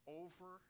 over